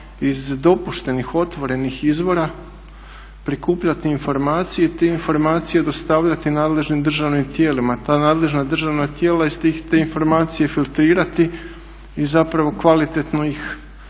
iz dopuštenih otvorenih izvora prikupljati informacije i te informacije dostavljati nadležnim državnim tijelima. Ta nadležna država tijela te informacije filtrirati i zapravo kvalitetno